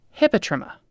Hippotrema